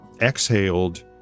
exhaled